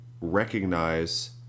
recognize